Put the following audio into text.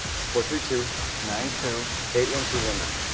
it's four three two nine two eight one two one nine.